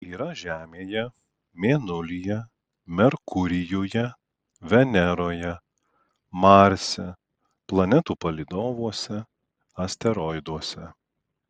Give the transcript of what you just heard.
yra žemėje mėnulyje merkurijuje veneroje marse planetų palydovuose asteroiduose